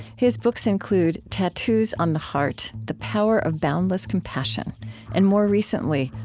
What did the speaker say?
his books include tattoos on the heart the power of boundless compassion and more recently,